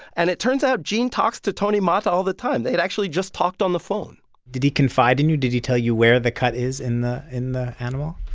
and it turns out, gene talks to tony mata all the time. they had actually just talked on the phone did he confide in you? did he tell you where the cut is in the in the animal?